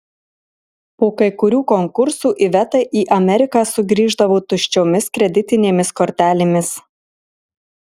po kai kurių konkursų iveta į ameriką sugrįždavo tuščiomis kreditinėmis kortelėmis